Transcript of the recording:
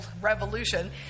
revolution